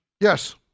Yes